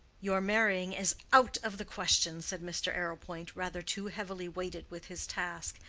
your marrying is out of the question, said mr. arrowpoint, rather too heavily weighted with his task,